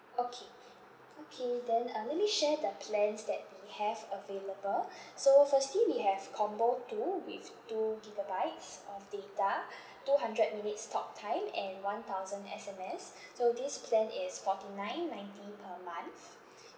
okay okay then uh let me share the plans that we have available so firstly we have combo two with two gigabytes of data two hundred minutes talktime and one thousand S_M_S so this plan is forty nine ninety per month